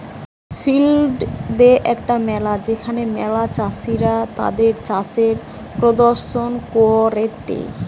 field day একটা মেলা যেখানে ম্যালা চাষীরা তাদির চাষের প্রদর্শন করেটে